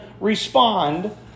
respond